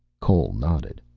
cole nodded.